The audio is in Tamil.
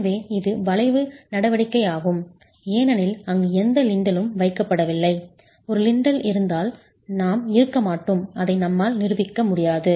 எனவே இது வளைவு நடவடிக்கை ஆகும் ஏனெனில் அங்கு எந்த லிண்டலும் வைக்கப்படவில்லை ஒரு லிண்டல் இருந்தால் நாம் இருக்க மாட்டோம் இதை நம்மால் நிரூபிக்க முடியாது